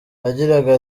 yagiraga